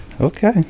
Okay